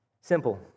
Simple